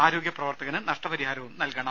ആരോഗ്യപ്രവർത്തകന് നഷ്ടപരിഹാരവും നൽകണം